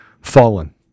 fallen